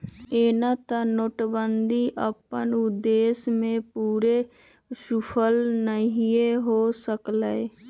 एना तऽ नोटबन्दि अप्पन उद्देश्य में पूरे सूफल नहीए हो सकलै